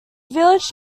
village